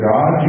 God